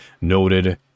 noted